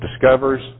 discovers